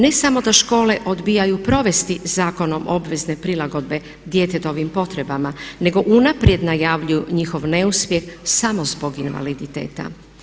Ne samo da škole odbijaju provesti zakonom obvezne prilagodbe djetetovim potrebama, nego unaprijed najavljuju njihov neuspjeh samo zbog invaliditeta.